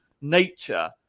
nature